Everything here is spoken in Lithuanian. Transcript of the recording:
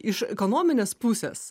iš ekonominės pusės